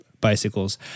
bicycles